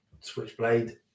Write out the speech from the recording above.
Switchblade